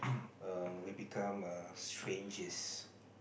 err we become err strangers